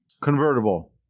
convertible